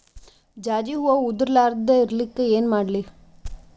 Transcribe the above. ಜಾಜಿ ಹೂವ ಉದರ್ ಲಾರದ ಇರಲಿಕ್ಕಿ ಏನ ಮಾಡ್ಲಿ?